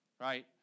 right